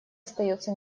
остается